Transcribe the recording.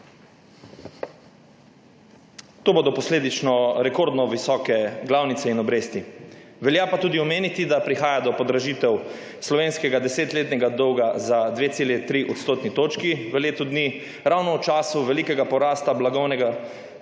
To bodo posledično rekordno visoke glavnice in obresti. Velja pa tudi omeniti, da prihaja do podražitev slovenskega desetletnega dolga za 2,3 odstotni točki v letu dni, in to ravno v času velikega porasta blagovnega